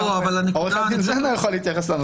עו"ד זנה יכול להתייחס לנושא הזה.